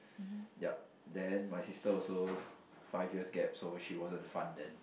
yup then my sister also five years gap so she wasn't fun then